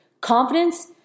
confidence